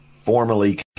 formally